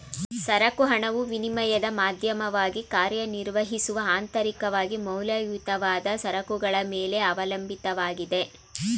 ಸರಕು ಹಣವು ವಿನಿಮಯದ ಮಾಧ್ಯಮವಾಗಿ ಕಾರ್ಯನಿರ್ವಹಿಸುವ ಅಂತರಿಕವಾಗಿ ಮೌಲ್ಯಯುತವಾದ ಸರಕುಗಳ ಮೇಲೆ ಅವಲಂಬಿತವಾಗಿದೆ